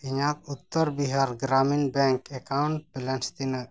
ᱤᱧᱟᱹᱜ ᱛᱤᱱᱟᱹᱜ